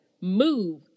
move